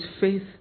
faith